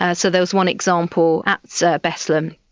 ah so there was one example at so bethlem,